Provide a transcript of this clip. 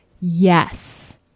Yes